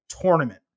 tournament